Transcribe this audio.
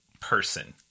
person